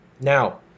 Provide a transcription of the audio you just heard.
Now